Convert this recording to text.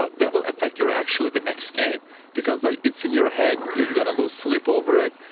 but they will affect your actually the next game because like it's in your head. you're going to lose sleep over it,